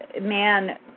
man